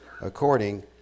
according